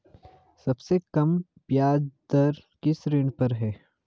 सबसे कम ब्याज दर किस ऋण पर है?